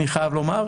אני חייב לומר,